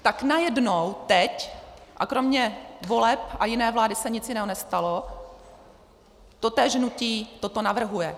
Tak najednou teď a kromě voleb a jiné vlády se nic jiného nestalo totéž hnutí toto navrhuje.